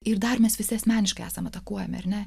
ir dar mes visi asmeniškai esame atakuojami ar ne